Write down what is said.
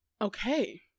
Okay